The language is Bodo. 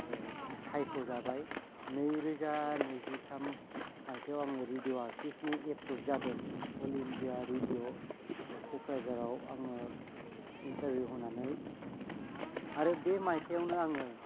सायख' जाबाय नैरोजा नैजिथाम माइथायाव आङो रिडिअ आर्थिस्थनि इप्रुब जादों अल इण्डिया रेडिअ कक्राझाराव आङो इनतारबिउ होनानै आरो बे मायथाइयावनो आङो